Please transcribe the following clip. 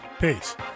Peace